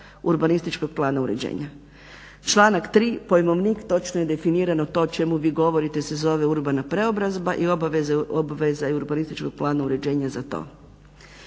urbanističkog plana uređenja. Članak 3. pojmovnik točno je definirano to o čemu vi govorite se zove urbana preobrazba i obveza je urbanističkog plana uređenja za to.